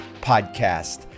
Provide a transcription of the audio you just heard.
podcast